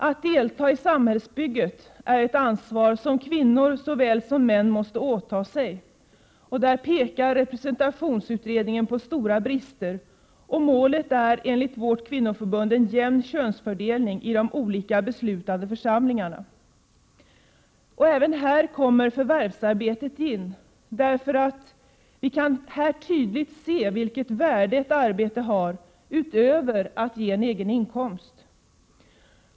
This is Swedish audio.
Att delta i samhällsbygget är ett ansvar som kvinnor såväl som män måste åta sig. Där pekar representationsutredningen på stora brister, och målet är enligt vårt kvinnoförbund en jämn könsfördelning i de olika beslutande församlingarna. Även här kommer förvärvsarbetet in. Här kan vi nämligen tydligt se vilket värde ett förvärvsarbete har — utöver att ge en egen inkomst.